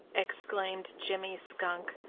exclaimed jimmy skunk.